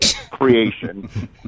creation